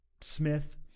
Smith